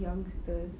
youngsters